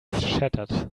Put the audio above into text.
shattered